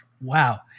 Wow